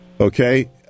Okay